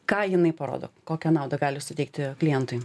ką jinai parodo kokią naudą gali suteikti klientui